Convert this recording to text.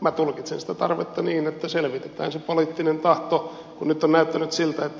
minä tulkitsen sitä tarvetta niin että selvitetään se poliittinen tahto kun nyt on näyttänyt siltä